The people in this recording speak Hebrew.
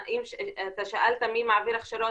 אתה שאלת מי מעביר הכשרות,